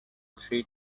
three